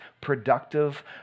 productive